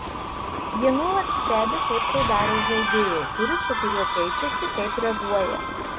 jie nuolat stebi kaip tai daro žaidėjai kuris su kuriuo keičiasi kaip reaguoja